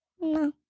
No